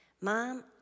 Mom